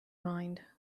mind